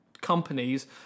companies